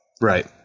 Right